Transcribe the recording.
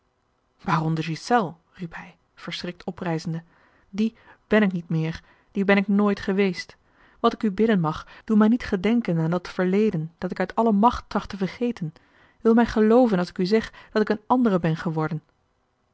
de ghiselles riep hij verschrikt oprijzende die ben ik niet meer die ben ik nooit geweest wat ik u bidden mag doe mij niet gedenken aan dat verleden dat ik uit alle macht tracht te vergeten wil mij gelooven als ik u zeg dat ik een andere ben geworden